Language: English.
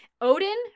Odin